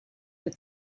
with